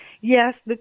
Yes